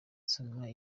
soma